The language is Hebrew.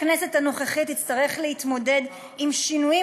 הכנסת הנוכחית תצטרך להתמודד עם שינויים